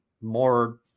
more